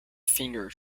finger